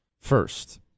First